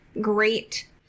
great